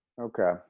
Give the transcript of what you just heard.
Okay